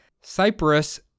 cypress